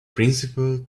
principle